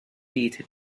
teeth